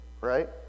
right